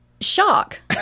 Shock